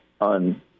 on